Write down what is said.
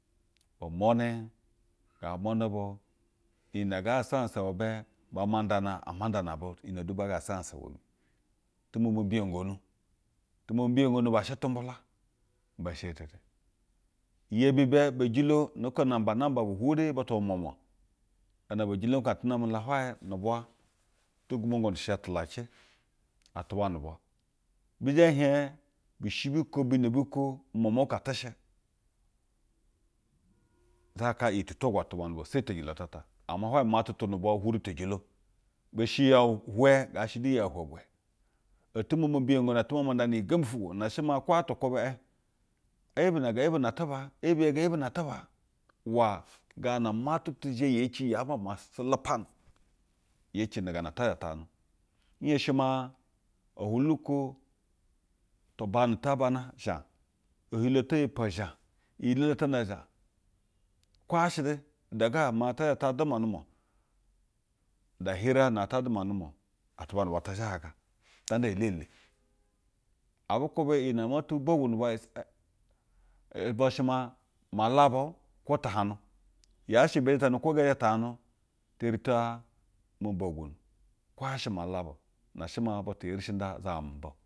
Bu nmune ngaa mune bu iyine ngaa zasa ahansa be, bumo ndana ama ndama bu iyi medu baa ga zasa ahansa iwe mi. Tu momo mbiyonogonu. Yumomo mbiyongonu ibe she tunubula. Ibe she hetene iyebi be biyejilo no ko namba, namba ha hwuri butu bu mwanwe. Gana biyejilo mi ko ate non ba la hwaye nu bwa. Tu gwumangonu sheywa talace atuba nubwa. Bi zhe hiej bishi bu ko, umwamwa uko ate she. Za kaa iyi tu togwu atuba nubwa seyi tiyejilo ta ata. Ama hwaye umatu tu nu bwa hwuri tiyejilo. Be sheyeu ihwe ngaa she fu yeu iwe bwe. Otu momo mbiyogonu ata mama ndanu iyi gembi ufwugwo iwene shee kwo atu kwube, eyibi na ga yibi no tubaa? Eyibi ye ga yibi na tuba? Uwa gaa na umatu tu zhe yee ce yaa mama sulupanu yee ci nu gaa n ata zha tahagy. Nhenshi maa ohwolu oko, tu banu ta bana zhiaj, ehilo to ipwo zhiaj. Iyi elele ta nda zhiaj wko yaa she nuda ga maa ta zha ta duma n-ndumwa nu da hira na ata duma n-ndumwa atuba nu bwa to zzhaaga. Ta nda iyi-elele. Abu iyi ne ma tu bogwu atuba nu-bwa i,ɛ ishɛ malabu kwo tahajnu. Yaa she bee the tahajnu kwo ngɛɛ thel tahajnu. Ti yeri tama bogwo. Kwo yaa she malabu na shɛ maa butu yeri nda zawa muba o.